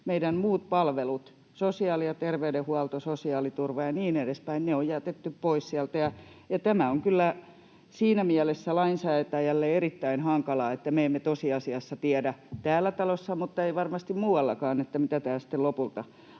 meidän muut palvelut — sosiaali- ja terveydenhuolto, sosiaaliturva ja niin edespäin — on jätetty pois sieltä. Ja on kyllä siinä mielessä lainsäätäjälle erittäin hankalaa, että me emme tosiasiassa tiedä täällä talossa — mutta ei varmasti tiedetä muuallakaan — miten tämä sitten lopulta